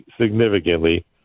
significantly